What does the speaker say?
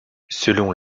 selon